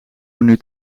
menu